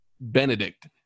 Benedict